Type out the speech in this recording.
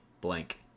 blank